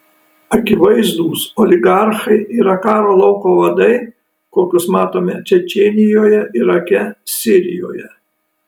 akivaizdūs oligarchai yra karo lauko vadai kokius matome čečėnijoje irake sirijoje